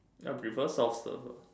I prefer soft serve lah